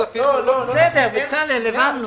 בסדר, בצלאל, הבנו.